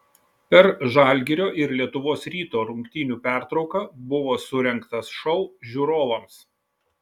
per žalgirio ir lietuvos ryto rungtynių pertrauką buvo surengtas šou žiūrovams